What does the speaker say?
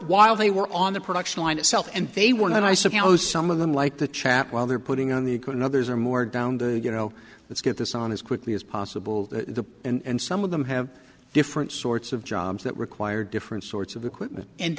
while they were on the production line itself and they were not i suppose some of them like to chat while they're putting on the good in others or more down the you know let's get this on as quickly as possible to and some of them have different sorts of jobs that require different sorts of equipment and